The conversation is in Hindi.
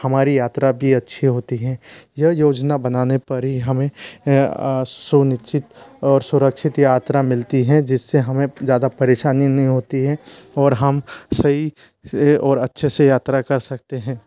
हमारी यात्रा भी अच्छी होती है यह योजना बनाने पर ही हमें सुनिश्चित और सुरक्षित यात्रा मिलती है जिस से हमें ज़्यादा परेशानी नहीं होती है और हम सही से और अच्छे से यात्रा कर सकते हैं